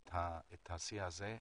את השיא הזה,